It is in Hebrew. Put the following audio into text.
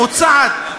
מוצעת,